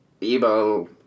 evil